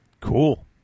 Cool